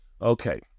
Okay